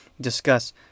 discuss